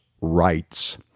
rights